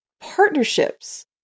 Partnerships